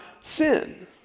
sin